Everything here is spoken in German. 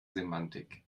semantik